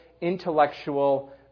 intellectual